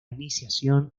iniciación